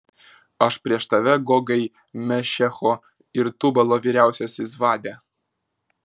aš prieš tave gogai mešecho ir tubalo vyriausiasis vade